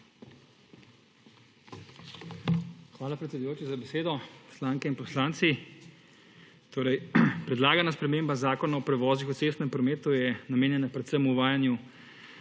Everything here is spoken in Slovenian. Hvala, predsedujoči, za besedo. Poslanke in poslanci! Torej, predlagana sprememba Zakona o prevozih v cestnem prometu je namenjena predvsem uvajanju